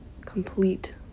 complete